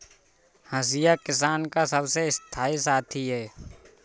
हंसिया किसान का सबसे स्थाई साथी है